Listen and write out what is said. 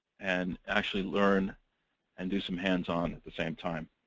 and actually learn and do some hands-on at the same time.